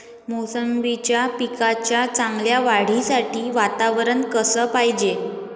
मोसंबीच्या पिकाच्या चांगल्या वाढीसाठी वातावरन कस पायजे?